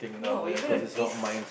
no you're going to dis~